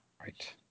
Right